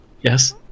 yes